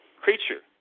creature